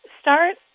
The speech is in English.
Start